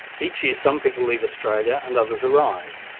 each year some people leave australia and others arrive.